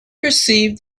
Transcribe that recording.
perceived